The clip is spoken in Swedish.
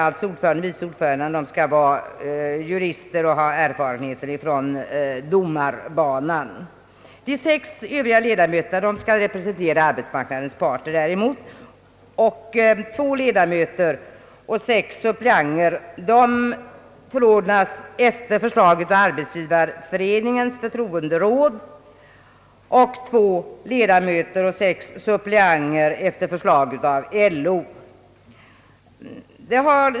Båda ordförandena skall vara jurister och ha erfarenhet från domarbanan. De sex övriga ledamöterna skall representera arbetsmarknadens parter. Två ledamöter och sex suppleanter förordnas efter förslag av arbetsgivareföreningarnas förtroenderåd och två ledamöter och sex suppleanter efter förslag av LO.